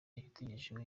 yatugejejeho